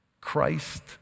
Christ